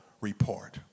report